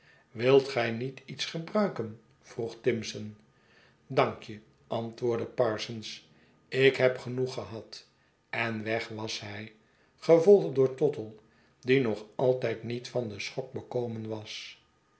wilt gij niet iets gebruiken vroeg timson dank je antwoordde parsons ik heb genoeg gehad en weg was hij gevolgd door tottle die nog altijd niet van den schok bekomen was